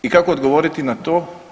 I kako odgovoriti na to?